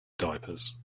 diapers